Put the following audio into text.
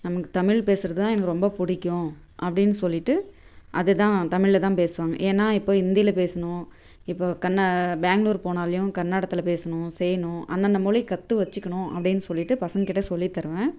நமக்கு தமிழ் பேசுகிறது தான் எனக்கு ரொம்ப பிடிக்கும் அப்படின்னு சொல்லிவிட்டு அது தான் தமிழ்ல தான் பேசுவாங்க ஏன்னால் இப்போ இந்தியில் பேசணும் இப்போ கன்ன பேங்க்ளூர் போனாலேயும் கன்னடத்தில் பேசணும் செய்யணும் அந்தந்த மொழி கற்று வைச்சுக்கணும் அப்படின்னு சொல்லிவிட்டு பசங்கள் கிட்டே சொல்லித்தருவேன்